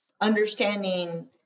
understanding